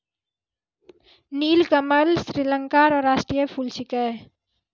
नीलकमल श्रीलंका रो राष्ट्रीय फूल छिकै